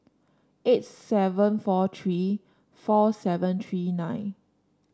eight seven four three four seven three nine